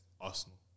Arsenal